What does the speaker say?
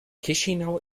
chișinău